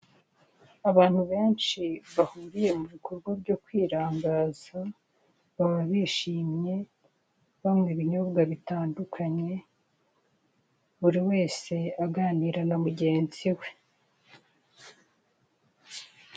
Abantu benshi bahuriye mu bikorwa byo kwirangaza, baba bishimye, banywa ibinyobwa bitandukanye, buri wese aganira na mugenzi we.